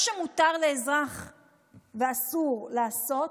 מה שמותר ואסור לאזרח לעשות,